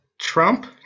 Trump